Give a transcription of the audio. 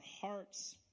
hearts